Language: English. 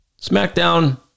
SmackDown